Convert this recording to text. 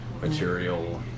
material